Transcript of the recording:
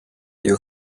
you